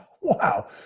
wow